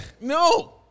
No